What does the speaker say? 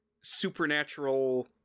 supernatural